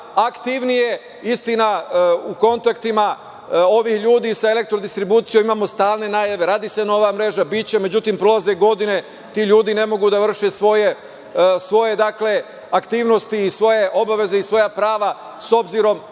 aktivnije. Istina, u kontaktima, ovi ljudi sa Elektrodistribucijom imamo stalne najave - radi se nova mreža, biće. Međutim, prolaze godine, ti ljudi ne mogu da vrše svoje aktivnosti i svoje obaveze i svoja prava, s obzirom